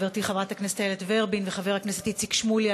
חברתי חברת הכנסת איילת ורבין וחבר הכנסת איציק שמולי,